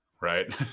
Right